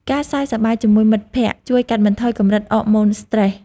ការសើចសប្បាយជាមួយមិត្តភក្តិ ជួយកាត់បន្ថយកម្រិតអរម៉ូនស្ត្រេស។